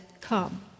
come